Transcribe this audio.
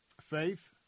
faith